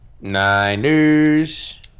Niners